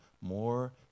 more